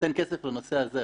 להינתן כסף לנושא הזה.